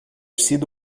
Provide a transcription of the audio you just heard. sido